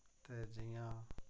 ते जियां